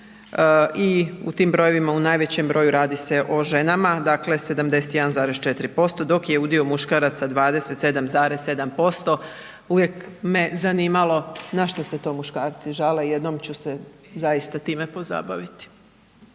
i u tim brojevima, u najvećem broju radi se o ženama, dakle 71,4% dok je udio muškaraca 27,7%, uvijek me zanimalo na što se to muškarci žale, jednom ću se zaista time pozabaviti.